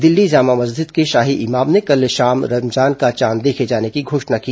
दिल्ली जामा मस्जिद के शाही इमाम ने कल शाम रमजान का चांद देखे जाने की घोषणा की